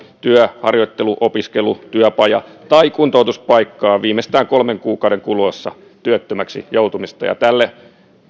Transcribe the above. työ harjoittelu opiskelu työpaja tai kuntoutuspaikkaa viimeistään kolmen kuukauden kuluessa työttömäksi joutumisesta tälle